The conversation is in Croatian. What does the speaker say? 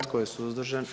Tko je suzdržan?